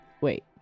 Wait